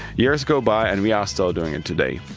years go by and we're still doing it today.